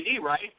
right